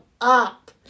up